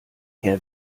herr